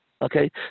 Okay